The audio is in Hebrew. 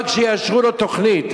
רק שיאשרו לו תוכנית,